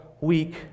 week